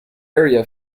area